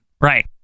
Right